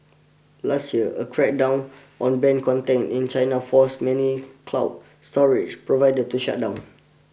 last year a crackdown on banned content in China forced many cloud storage providers to shut down